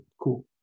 cool